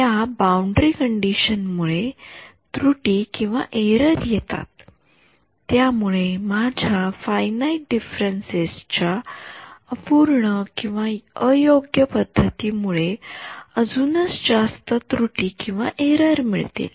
या boundary condition मुळे त्रुटीएरर येतात त्यामुळे माझ्या फायनाईट डिफरन्सेस च्या अपूर्णअयोग्य पद्धती मुळे अजूनच जास्त त्रुटीएरर मिळतील